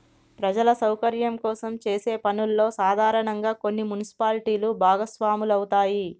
ప్రజల సౌకర్యం కోసం చేసే పనుల్లో సాధారనంగా కొన్ని మున్సిపాలిటీలు భాగస్వాములవుతాయి